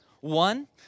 One